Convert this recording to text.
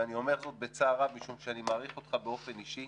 ואני אומר זאת בצער רב משום שאני מעריך אותך באופן אישי